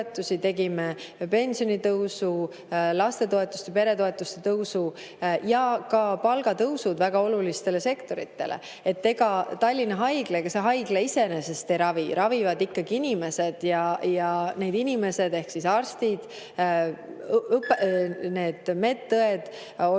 tegime pensionitõusu, lastetoetuste ja peretoetuste tõusu ja ka palgatõusud väga olulistele sektoritele. Ega Tallinna Haigla iseenesest ei ravi. Ravivad ikkagi inimesed ja need inimesed ehk arstid ja medõed on